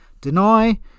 Deny